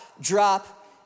Drop